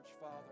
Father